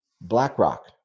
BlackRock